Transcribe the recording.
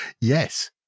Yes